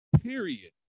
period